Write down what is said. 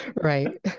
Right